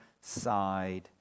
side